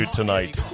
tonight